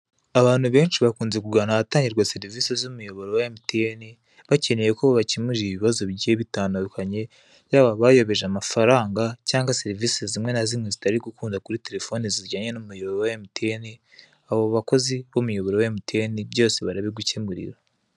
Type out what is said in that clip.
Abantu benshi bakunze kugana ahatangirwa serivisi z'umuyoboro wa emutiyeni bakeneye gukemurirwa ibibazo bigiye bitandukanye, yaba abayobeje amafaranga cyangwa serivisi zimwe na zimwe zitari gukunda kuri telefoni zijyanye n'umuyoboro wa emutiyeni. Abo bakozi n'umuyoboro wa emutiyeni byose barabigukemurira.